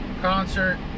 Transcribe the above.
concert